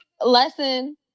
lesson